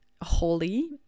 holy